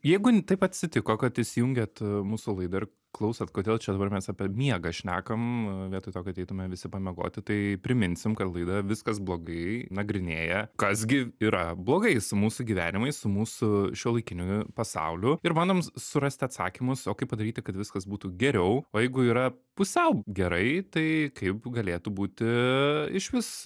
jeigu n taip atsitiko kad įsijungėt mūsų laidą ir klausot kodėl čia dabar mes apie miegą šnekam vietoj to kad eitume visi pamiegoti tai priminsim kad laida viskas blogai nagrinėja kas gi yra blogai su mūsų gyvenimais su mūsų šiuolaikiniu pasauliu ir bandom surasti atsakymus o kaip padaryti kad viskas būtų geriau o jeigu yra pusiau gerai tai kaip galėtų būti išvis